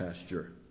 pasture